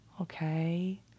okay